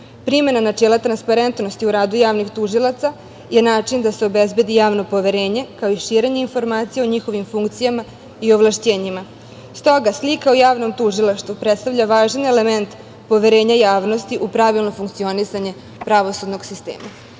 Primena načela transparentnosti u radu javnih tužilaca je način da se obezbedi javno poverenje, kao i širenje informacija o njihovim funkcijama i ovlašćenjima. Stoga, slika o javnom tužilaštvu predstavlja važan element poverenja javnosti u pravilno funkcionisanje pravosudnog sistema“.Verujem